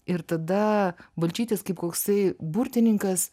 ir tada balčytis kaip koksai burtininkas